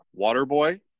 Waterboy